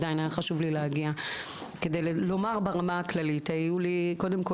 היה לי חשוב להגיע כדי להגיב ברמה הכללית לנושא.